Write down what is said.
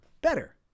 better